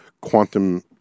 quantum